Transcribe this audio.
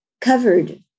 covered